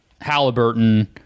Halliburton